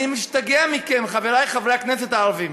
אני משתגע מכם, חברי חברי הכנסת הערבים.